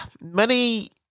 money